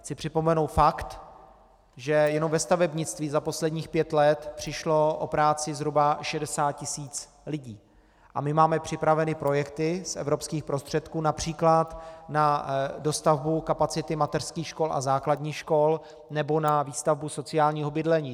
Chci připomenout fakt, že jenom ve stavebnictví za posledních pět let přišlo o práci zhruba 60 tisíc lidí, a my máme připraveny projekty z evropských prostředků například na dostavbu kapacity mateřských škol a základních škol nebo na výstavbu sociálního bydlení.